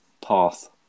path